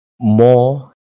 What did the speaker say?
more